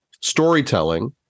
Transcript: storytelling